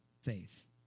faith